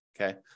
okay